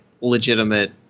legitimate